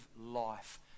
life